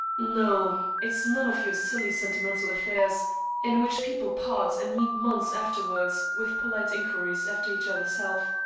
no. it's none of your silly, sentimental affairs in which people part and meet months afterwards with polite inquiries after each other's health.